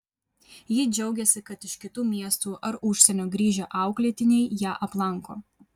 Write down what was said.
ji džiaugiasi kad iš kitų miestų ar užsienio grįžę auklėtiniai ją aplanko